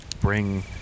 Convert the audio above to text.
bring